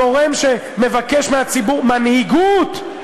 הגורם שמבקש מהציבור מנהיגות,